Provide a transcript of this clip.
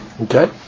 Okay